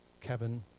cabin